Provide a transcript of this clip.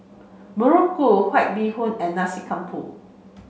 Muruku White Bee Hoon and Nasi Campur